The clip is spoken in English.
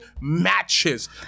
matches